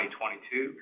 2022